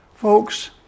Folks